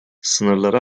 sınırları